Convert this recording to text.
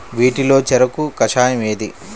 వీటిలో చెరకు కషాయం ఏది?